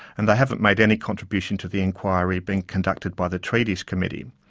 and they haven't made any contribution to the inquiry being conducted by the treaties committee.